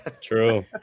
True